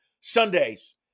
Sundays